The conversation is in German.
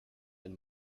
ein